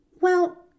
Well